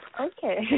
Okay